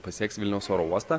pasieks vilniaus oro uostą